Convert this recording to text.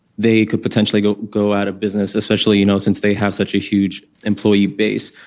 they could potentially go go out of business, especially, you know, since they have such a huge employee base.